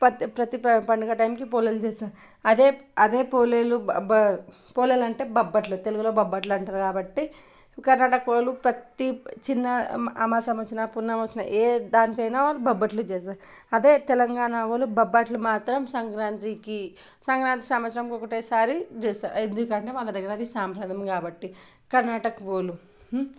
ప్రతీ ప్రతీ పండుగ టైమ్కి పోలేలు చేస్తరు అదే అదే పోలేలు పోలేలంటే బొబ్బట్లు తెలుగులో బొబ్బట్లు అంటరు కాబట్టి కర్ణాటక వాళ్ళు ప్రతీ చిన్న అమాసం వచ్చిన పున్నమొచ్చినా ఏ దానికైనా బొబ్బట్లు చేసే అదే తెలంగాణ వాళ్ళు బొబ్బట్లు మాత్రం సంక్రాంత్రికి సంక్రాంత్రి సంవత్సరానికి ఒక్కటేసారి చేస్తారు ఎందుకంటే వాళ్ళ దగ్గర అది సాంప్రదం కాబట్టి కర్ణాటక వాళ్ళు